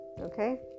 Okay